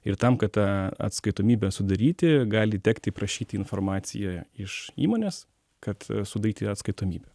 ir tam kad tą atskaitomybę sudaryti gali tekti prašyti informaciją iš įmonės kad sudaryti atskaitomybę